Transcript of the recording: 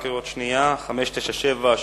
מס' 597,